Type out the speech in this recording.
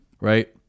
right